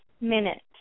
minute